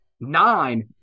nine